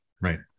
Right